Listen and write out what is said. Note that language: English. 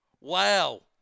Wow